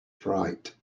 fright